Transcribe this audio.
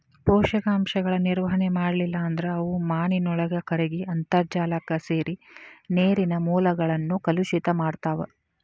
ಪೋಷಕಾಂಶಗಳ ನಿರ್ವಹಣೆ ಮಾಡ್ಲಿಲ್ಲ ಅಂದ್ರ ಅವು ಮಾನಿನೊಳಗ ಕರಗಿ ಅಂತರ್ಜಾಲಕ್ಕ ಸೇರಿ ನೇರಿನ ಮೂಲಗಳನ್ನ ಕಲುಷಿತ ಮಾಡ್ತಾವ